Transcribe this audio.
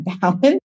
balance